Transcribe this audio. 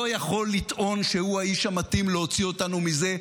יכול לטעון שהוא האיש המתאים להוציא אותנו מזה.